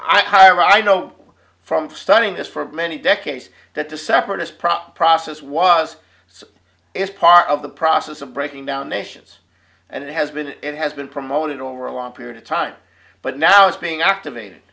hire i know from studying this for many decades that the separatist proper process was is part of the process of breaking down nations and it has been it has been promoted over a long period of time but now it's being activated